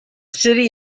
city